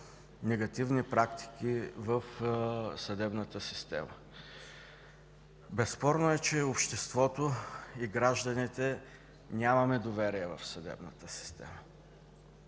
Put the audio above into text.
негативни практики в съдебната система. Безспорно е, че обществото, гражданите нямаме доверие в съдебната система,